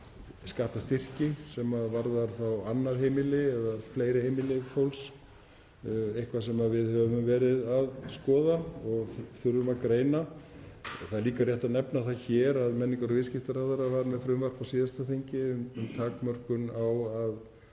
skattastyrki sem varða þá annað heimili eða fleiri heimili fólks, eitthvað sem við höfum verið að skoða og við þurfum að greina. Það er líka rétt að nefna það hér að menningar- og viðskiptaráðherra var með frumvarp á síðasta þingi um takmörkun á að